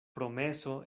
promeso